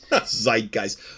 Zeitgeist